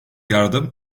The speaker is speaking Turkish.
yardım